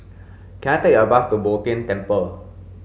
can I take a bus to Bo Tien Temple